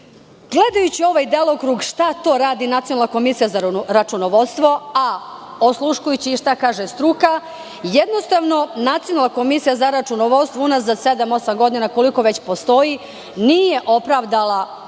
vrednosti. Gledajući ovaj delokrug šta to radi Nacionalna komisija za računovodstvo, a odsluškujući i šta kaže struka, jednostavno, Nacionalna komisija za računovodstvo unazad sedam, osam godina, koliko već postoji, nije opravdala